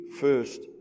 first